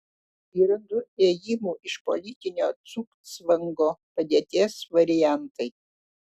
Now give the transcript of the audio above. yra du ėjimų iš politinio cugcvango padėties variantai